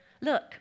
Look